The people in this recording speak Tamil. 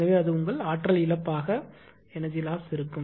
எனவே அது உங்கள் ஆற்றல் இழப்பாக இருக்கும்